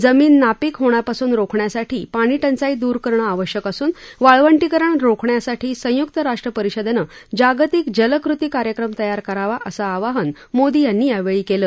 जमिनी नापीक होण्यापासून रोखण्यासाठी पाणीटंचाई दूर करणं आवश्यक असून वाळवंटीकरण रोखण्यासाठी संयुक्त राष्ट्र परिषदेनं जागतिक जल कृती कार्यक्रम तयार करावा असं आवाहन मोदी यांनी यावेळी केलं